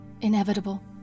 inevitable